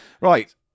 Right